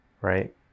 right